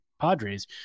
Padres